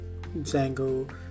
django